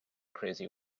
crazy